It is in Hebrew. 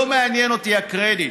לא מעניין אותי הקרדיט,